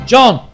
John